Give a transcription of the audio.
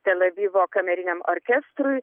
telavivo kameriniam orkestrui